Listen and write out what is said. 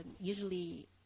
usually